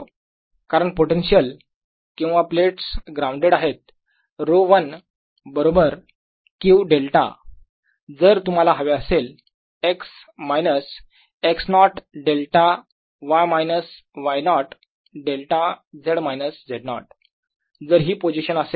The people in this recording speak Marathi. कारण पोटेन्शियल किंवा प्लेट्स ग्राउंडेड आहेत ρ1 बरोबर Q डेल्टा जर तुम्हाला हवे असेल x minus x not delta y minus y not delta z minus z not जर ही पोझिशन असेल